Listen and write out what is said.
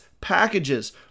packages